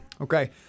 Okay